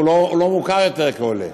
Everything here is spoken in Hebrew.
הוא לא מוכר יותר כעולה.